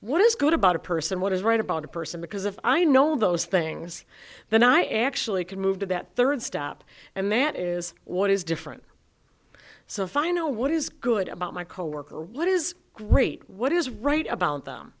what is good about a person what is right about a person because if i know those things then i actually can move to that third step and that is what is different so if i know what is good about my coworkers what is great what is right about them